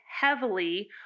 heavily